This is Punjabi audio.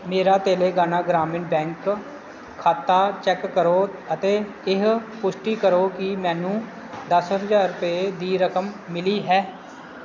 ਮੇਰਾ ਤੇਲੰਗਾਨਾ ਗ੍ਰਾਮੀਣ ਬੈਂਕ ਖਾਤਾ ਚੈੱਕ ਕਰੋ ਅਤੇ ਇਹ ਪੁਸ਼ਟੀ ਕਰੋ ਕਿ ਮੈਨੂੰ ਦਸ ਹਜ਼ਾਰ ਰੁਪਏ ਦੀ ਰਕਮ ਮਿਲੀ ਹੈ